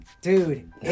Dude